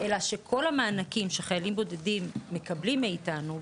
אלא שכל המענקים שחיילים בודדים מקבלים מאיתנו,